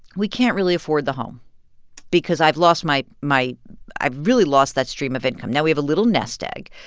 we can't really afford the home because i've lost my my i've really lost that stream of income. now we have a little nest egg,